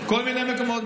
כל מיני מקומות.